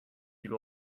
you